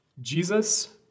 Jesus